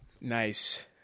Nice